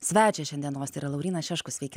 svečią šiandienos tai yra laurynas šeškus sveiki